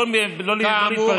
לא להתפרץ.